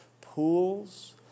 Pools